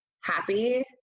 happy